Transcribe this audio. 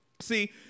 See